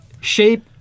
shape